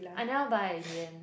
I never buy in the end